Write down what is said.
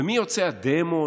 ומי יוצא הדמון,